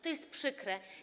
To jest przykre.